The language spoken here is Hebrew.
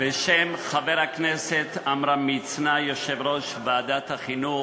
בשם חבר הכנסת עמרם מצנע, יושב-ראש ועדת החינוך,